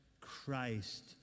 Christ